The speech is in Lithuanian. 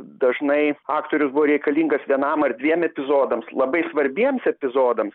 dažnai aktorius buvo reikalingas vienam ar dviem epizodams labai svarbiems epizodams